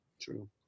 True